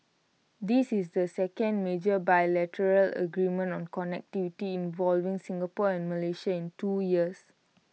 this is the second major bilateral agreement on connectivity involving Singapore and Malaysia in two years